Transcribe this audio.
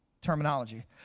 terminology